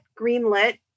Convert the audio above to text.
greenlit